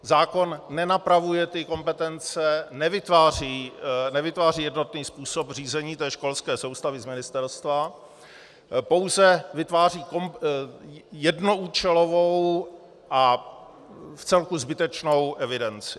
Zákon nenapravuje kompetence, nevytváří jednotný způsob řízení školské soustavy z ministerstva, pouze vytváří jednoúčelovou a vcelku zbytečnou evidenci.